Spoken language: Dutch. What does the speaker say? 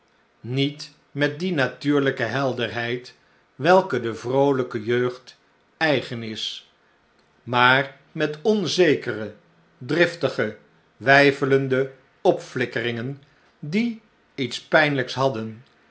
niet met die natuurlijke helderheid welke de vroolijke jeugd eigen is maar met onzekere driftige weifelende opflikkeringen die iets pijnlijks hadden